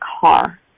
car